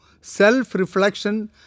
self-reflection